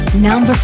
Number